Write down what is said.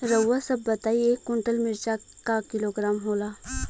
रउआ सभ बताई एक कुन्टल मिर्चा क किलोग्राम होला?